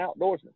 outdoorsman